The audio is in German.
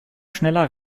schneller